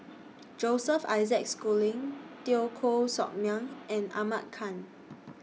Joseph Isaac Schooling Teo Koh Sock Miang and Ahmad Khan